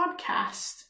podcast